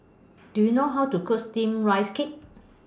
Do YOU know How to Cook Steamed Rice Cake